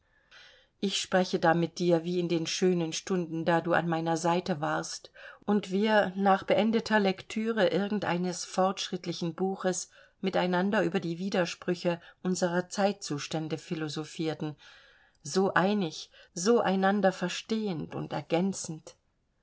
ich spreche da mit dir wie in den schönen stunden da du an meiner seite warst und wir nach beendeter lektüre irgend eines fortschrittlichen buches miteinander über die widersprüche unserer zeitzustände philosophierten so einig so einander verstehend und ergänzend